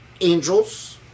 angels